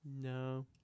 No